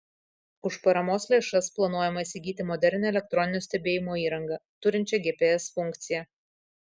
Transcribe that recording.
už paramos lėšas planuojama įsigyti modernią elektroninio stebėjimo įrangą turinčią gps funkciją